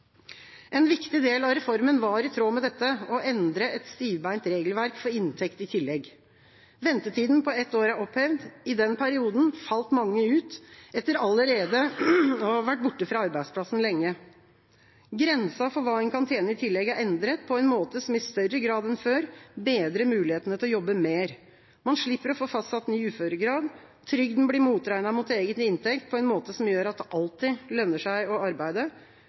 En viktig del av reformen var i tråd med dette å endre et stivbeint regelverk for inntekt i tillegg. Ventetiden på ett år er opphevd. I den perioden falt mange ut etter allerede å ha vært borte fra arbeidsplassen lenge. Grensa for hva en kan tjene i tillegg, er endret på en måte som i større grad enn før bedrer mulighetene til å jobbe mer. Man slipper å få fastsatt ny uføregrad. Trygden blir motregnet mot egen inntekt på en måte som gjør at det alltid lønner seg å arbeide.